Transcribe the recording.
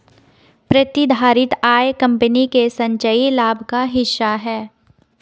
प्रतिधारित आय कंपनी के संचयी लाभ का हिस्सा है